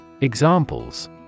Examples